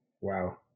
Wow